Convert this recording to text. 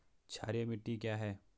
क्षारीय मिट्टी क्या है?